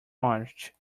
march